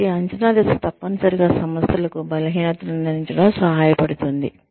కాబట్టి అంచనా దశ తప్పనిసరిగా సంస్థలకు బలహీనతలను నిర్ణయించడంలో సహాయపడుతుంది